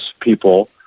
people